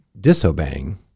disobeying